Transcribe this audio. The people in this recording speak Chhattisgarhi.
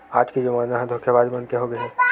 आज के जमाना ह धोखेबाज मन के होगे हे